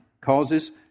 Causes